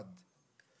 המתנה במיון,